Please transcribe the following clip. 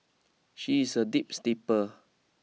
she is a deep sleeper